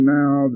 now